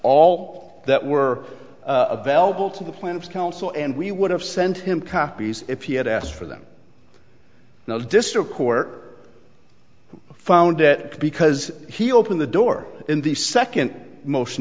all that were available to the planets council and we would have sent him copies if he had asked for them now district court found it because he opened the door in the second motion